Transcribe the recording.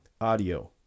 audio